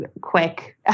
quick